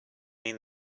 mean